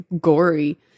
gory